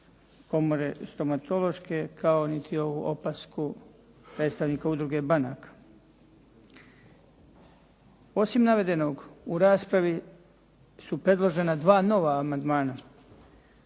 komore stomatološke, kao niti ovu opasku predstavnika Udruge banaka. Osim navedenog, u raspravi su predložena dva nova amandmana